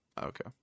Okay